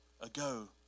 ago